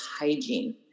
hygiene